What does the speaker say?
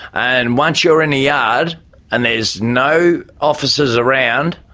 and once you are in the yard and there's no officers around,